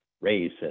race